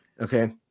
Okay